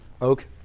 Oak